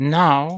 now